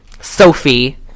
Sophie